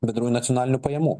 bendrųjų nacionalinių pajamų